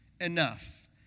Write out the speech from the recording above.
enough